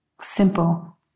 simple